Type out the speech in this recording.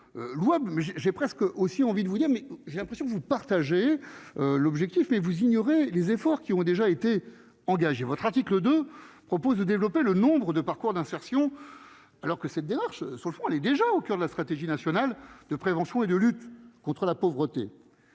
mais j'ai presque aussi envie de vous dire mais j'ai l'impression que vous partagez l'objectif mais vous ignorez les efforts qui ont déjà été engagées votre article 2 propose de développer le nombre de parcours d'insertion, alors que cette démarche sur le fond, on est déjà au coeur de la stratégie nationale de prévention et de lutte contre la pauvreté,